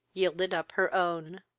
yielded up her own.